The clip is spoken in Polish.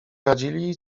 radzili